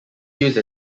use